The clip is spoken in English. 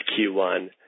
Q1